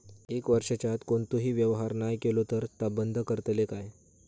एक वर्षाच्या आत कोणतोही व्यवहार नाय केलो तर ता बंद करतले काय?